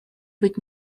быть